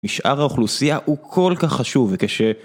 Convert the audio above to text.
משאר האוכלוסייה הוא כל כך חשוב וכש...